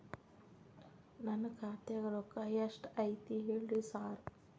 ನನ್ ಖಾತ್ಯಾಗ ರೊಕ್ಕಾ ಎಷ್ಟ್ ಐತಿ ಹೇಳ್ರಿ ಸಾರ್?